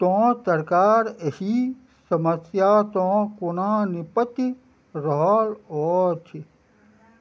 तँ सरकार एहि समस्यासँ कोना निपटि रहल अछि